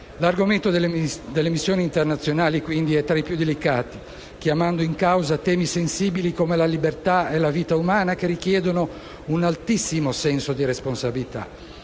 L'argomento delle missioni internazionali, quindi, è tra i più delicati, chiamando in causa temi sensibili come la libertà e la vita umana, che richiedono un altissimo senso di responsabilità.